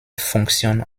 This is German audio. funktion